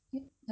so